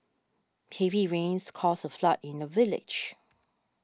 heavy rains caused a flood in the village